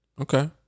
Okay